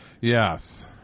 Yes